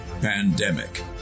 Pandemic